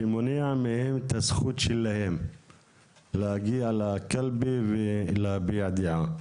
שנמנעת מהם את הזכות שלהם להגיע לקלפי ולהביע דעה,